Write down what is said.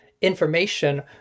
information